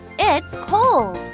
it's cold.